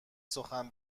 سخن